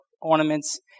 ornaments